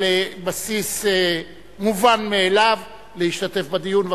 על בסיס מובן מאליו, להשתתף בדיון.